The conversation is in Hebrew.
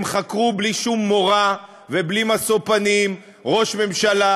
הם חקרו בלי שום מורא ובלי משוא פנים ראש ממשלה,